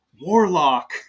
warlock